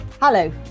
Hello